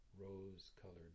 rose-colored